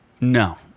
no